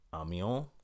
Amiens